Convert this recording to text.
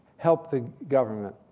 help the government.